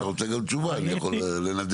אם אתה רוצה גם תשובה, אני יכול לנדב.